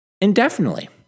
indefinitely